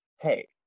hey